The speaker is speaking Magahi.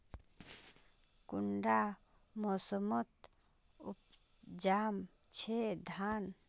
कुंडा मोसमोत उपजाम छै धान?